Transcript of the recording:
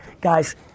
guys